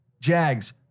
Jags